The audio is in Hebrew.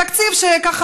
תקציב שככה,